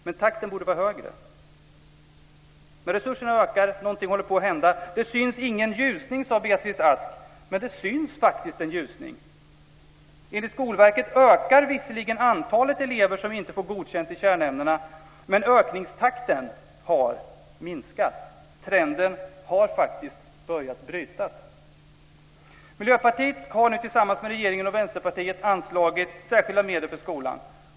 Men takten borde vara högre. Resurserna ökar. Någonting håller på att hända. Det syns ingen ljusning, sade Beatrice Ask. Men det syns faktiskt en ljusning. Enligt Skolverket ökar visserligen antalet elever som inte får godkänt i kärnämnena, men ökningstakten har minskat. Trenden är faktiskt på väg att brytas. Miljöpartiet har nu tillsammans med regeringen och Vänsterpartiet anslagit särskilda medel för skolan.